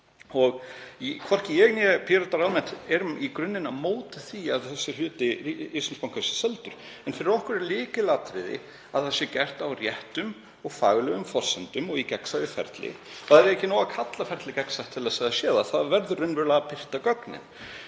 réttmætar. Við Píratar erum ekki í grunninn á móti því að þessi hluti Íslandsbanka sé seldur en fyrir okkur er lykilatriði að það sé gert á réttum og faglegum forsendum og í gagnsæju ferli. Það er ekki nóg að kalla ferlið gagnsætt til að það sé það. Það verður raunverulega að birta gögnin.